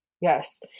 yes